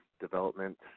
development